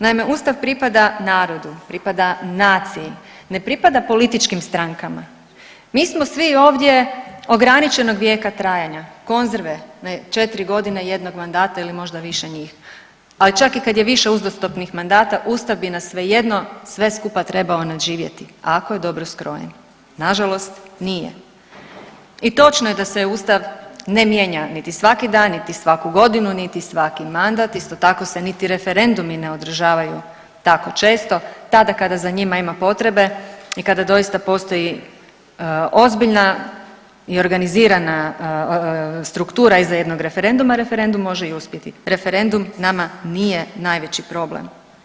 Naime, ustav pripada narodu, pripada naciji, ne pripada političkim strankama, mi smo svi ovdje ograničenog vijeka trajanja, konzerve ne, 4.g. jednog mandata ili možda više njih, ali čak i kad je više uzastopnih mandata ustav bi nas svejedno sve skupa trebao nadživjeti, a ako je dobro skrojen, nažalost nije i točno je da se ustav ne mijenja niti svaki dan, niti svaku godinu, niti svaki mandat, isto tako se niti referendumi ne održavaju tako često, tada kada za njima ima potrebe i kada doista postoji ozbiljna i organizirana struktura iza jednog referenduma referendum može i uspjeti, referendum nama nije najveći problem.